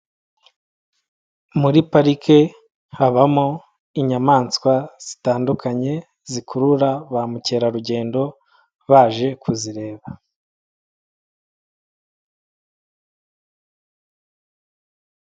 Muri parike habamo inyamaswa zitandukanye zikurura ba mukerarugendo baje kuzireba.